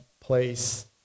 place